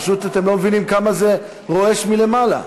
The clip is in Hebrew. פשוט אתם לא מבינים כמה זה רועש מלמעלה.